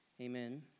Amen